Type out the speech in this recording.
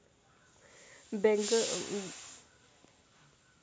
bank पाइकेँ बजार धरि पहुँचाबै छै आ बेपारीकेँ अपन धंधा बढ़ाबै मे मदद करय छै